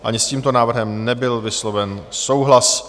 Ani s tímto návrhem nebyl vysloven souhlas.